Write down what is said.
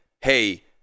hey